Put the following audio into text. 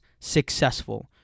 successful